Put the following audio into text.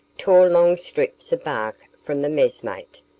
tore long strips of bark from the messmate,